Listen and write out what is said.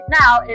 now